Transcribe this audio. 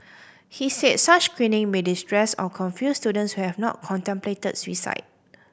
he said such screening may distress or confuse students who have not contemplated suicide